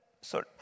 Sorry